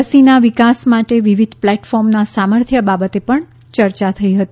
રસીના વિકાસ માટે વિવિધ પ્લેટફોર્મના સામર્થ્ય બાબતે પણ ચર્ચા થઈ હતી